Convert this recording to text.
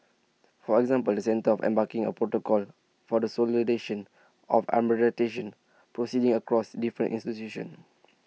for example the centre of embarking A protocol for the of proceedings across different institutions